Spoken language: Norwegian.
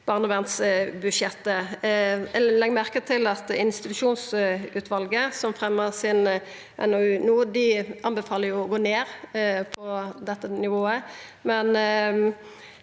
barnevernsbudsjettet. Eg legg merke til at barnevernsinstitusjonsutvalet, som fremja sin NOU no, anbefaler å gå ned på dette nivået.